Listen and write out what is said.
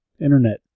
internet